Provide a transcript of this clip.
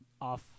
off